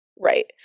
Right